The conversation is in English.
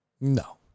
No